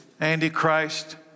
Antichrist